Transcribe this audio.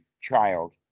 child